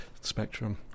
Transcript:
spectrum